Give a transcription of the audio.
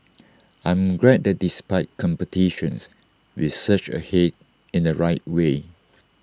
I'm glad that despite competitions we surged ahead in the right way